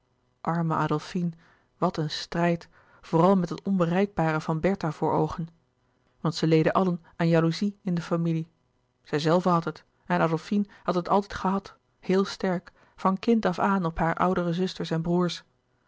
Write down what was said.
arme adolfine wat een strijd vooral met dat onbereikbare van bertha voor oogen want zij leden allen aan jalouzie in de familie zijzelve had het en adolfine had het altijd gehad heel sterk van kind af aan op hare oudere zusters en broêrs